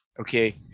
Okay